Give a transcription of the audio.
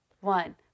one